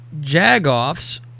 Jagoffs